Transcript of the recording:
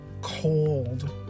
cold